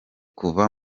kuva